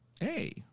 Hey